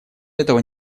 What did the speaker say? этого